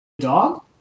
Dog